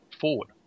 forward